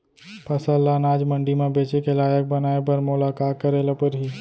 फसल ल अनाज मंडी म बेचे के लायक बनाय बर मोला का करे ल परही?